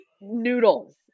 noodles